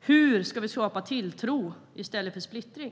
Hur ska vi skapa tilltro i stället för splittring?